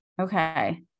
Okay